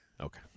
Okay